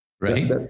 Right